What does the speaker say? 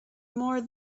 more